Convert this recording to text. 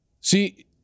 See